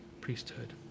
priesthood